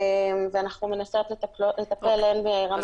אנחנו מנסות לטפל הן ברמת השטח.